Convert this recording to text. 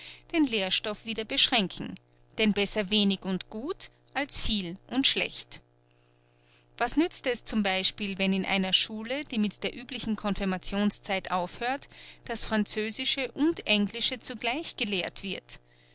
den lehrstoff wieder beschränken denn besser wenig und gut als viel und schlecht was nützt es z b wenn in einer schule die mit der üblichen confirmationszeit aufhört das französische und englische zugleich gelehrt wird